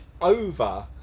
over